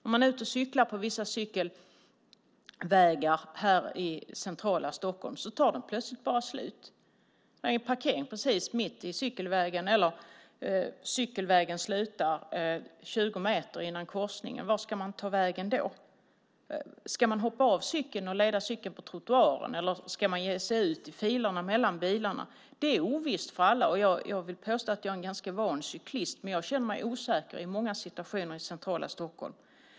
När man är ute och cyklar på vissa cykelvägar här i centrala Stockholm tar de plötsligt bara slut. Det kan vara en parkering mitt i cykelvägen, eller så slutar cykelvägen 20 meter före en korsning. Vart ska man ta vägen då? Ska man hoppa av cykeln och leda den på trottoaren, eller ska man ge sig ut i filerna mellan bilarna? Det är ovisst för alla. Jag vill påstå att jag är en ganska van cyklist, men jag känner mig osäker i många situationer i centrala Stockholm.